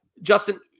Justin